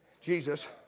Jesus